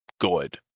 good